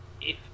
if-